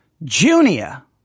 junia